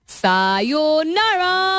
sayonara